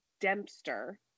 Dempster